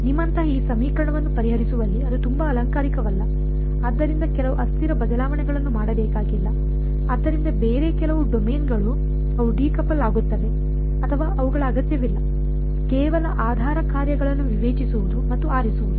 ನಿಮ್ಮಂತಹ ಈ ಸಮೀಕರಣವನ್ನು ಪರಿಹರಿಸುವಲ್ಲಿ ಅದು ತುಂಬಾ ಅಲಂಕಾರಿಕವಲ್ಲ ಆದ್ದರಿಂದ ಕೆಲವು ಅಸ್ಥಿರ ಬದಲಾವಣೆಗಳನ್ನು ಮಾಡಬೇಕಾಗಿಲ್ಲ ಆದ್ದರಿಂದ ಬೇರೆ ಕೆಲವು ಡೊಮೇನ್ಗಳು ಅವು ಡಿಕೌಪಲ್ ಆಗುತ್ತವೆ ಅಥವಾ ಅವುಗಳ ಅಗತ್ಯವಿಲ್ಲ ಕೇವಲ ಆಧಾರ ಕಾರ್ಯಗಳನ್ನು ವಿವೇಚಿಸುವುದು ಮತ್ತು ಆರಿಸುವುದು